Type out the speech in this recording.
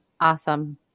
Awesome